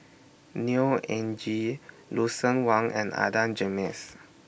Neo Anngee Lucien Wang and Adan Jimenez